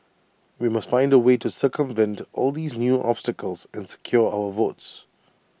we must find A way to circumvent all these new obstacles and secure our votes